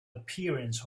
appearance